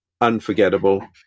unforgettable